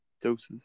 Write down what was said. doses